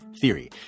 theory